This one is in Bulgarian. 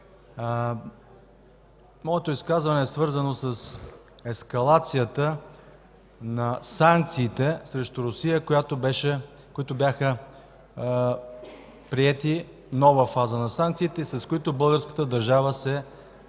Моето изказване е свързано с ескалацията на санкциите срещу Русия, които бяха приети – нова фаза на санкциите, с които българската държава се съгласи.